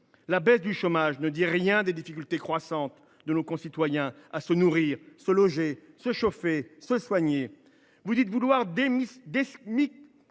La baisse du chômage ne dit rien des difficultés croissantes de nos concitoyens à se nourrir, à se loger, à se chauffer, à se soigner… Vous dites vouloir «